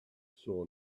saw